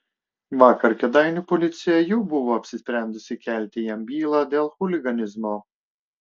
vakar kėdainių policija jau buvo apsisprendusi kelti jam bylą dėl chuliganizmo